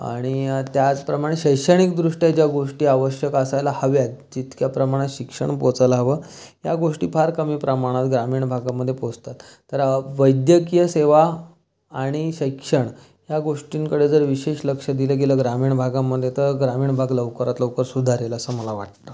आणि त्याचप्रमाणे शैक्षणिकदृष्ट्या ज्या गोष्टी आवश्यक असायला हव्यात तितक्या प्रमाणात शिक्षण पोचायला हवं या गोष्टी फार कमी प्रमाणात ग्रामीण भागामध्ये पोचतात तर वैद्यकीय सेवा आणि शिक्षण ह्या गोष्टींकडे जर विशेष लक्ष दिलं गेलं ग्रामीण भागामध्ये तर ग्रामीण भाग लवकरात लवकर सुधारेल असं मला वाटतं